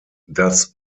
das